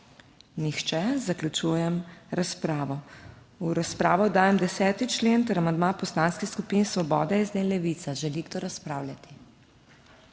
Nihče, zaključujem razpravo. V razpravo dajem 10. člen ter amandma Poslanskih skupin Svoboda, SD in Levica. Želi kdo razpravljati?